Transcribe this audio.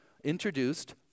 introduced